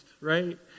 right